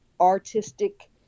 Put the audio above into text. artistic